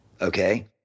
Okay